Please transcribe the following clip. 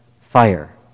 fire